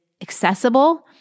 accessible